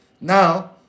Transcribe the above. Now